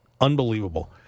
Unbelievable